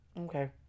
Okay